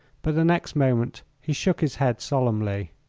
but the next moment he shook his head solemnly.